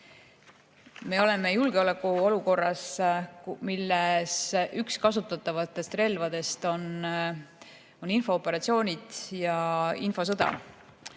me oleme julgeolekuolukorras, milles üks kasutatavatest relvadest on infooperatsioonid, infosõda.